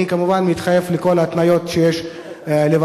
אני כמובן מתחייב לכל ההתניות של ועדת